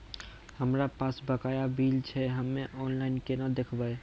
हमरा पास बकाया बिल छै हम्मे ऑनलाइन केना देखबै?